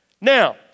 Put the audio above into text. Now